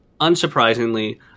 unsurprisingly